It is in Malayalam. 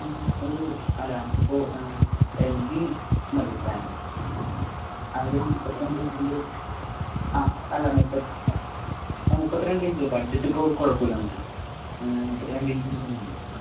ഒരു അല്ല എനിക്കിപ്പോൾ എൽ ജി മതി ബ്രാൻഡ് അപ്പോൾ അതിലൊരു മുപ്പത്തി രണ്ട് ഇഞ്ചിൻ്റെ ആ അല്ല മുപ്പത്തൊന്ന് ആ മുപ്പത്തിരണ്ട് ഇഞ്ച് ബഡ്ജറ്റ് ഇപ്പോൾ കുഴപ്പമില്ല നമുക്ക് മുപ്പത്തിരണ്ട് ഇഞ്ചിൻ്റെ തന്നെ വേണം